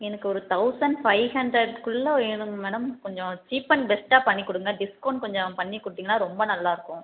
எனக்கு ஒரு thousand five ஹண்ட்ரட்க்குள்ளே வேணுங்க மேடம் கொஞ்சம் சீப் அண்ட் பெஸ்ட்டாக பண்ணிக்கொடுங்க டிஸ்கௌண்ட் கொஞ்சம் பண்ணிக் கொடுத்தீங்கனா ரொம்ப நல்லாயிருக்கும்